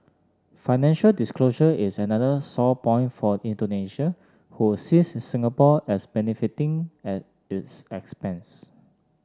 financial disclosure is another sore point for Indonesia who sees Singapore as benefiting at its expense